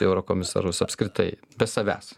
į eurokomisarus apskritai be savęs